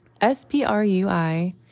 S-P-R-U-I